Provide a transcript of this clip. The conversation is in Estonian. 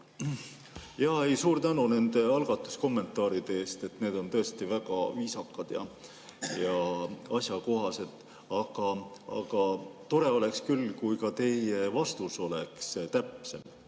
tee. Suur tänu nende algatuse kommentaaride eest! Need on tõesti väga viisakad ja asjakohased, aga tore oleks küll, kui ka teie vastus oleks täpsem.